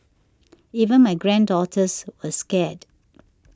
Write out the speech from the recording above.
even my granddaughters were scared